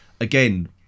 again